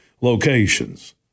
locations